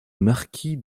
marquis